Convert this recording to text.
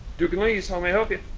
duke and lee's, how may i help you?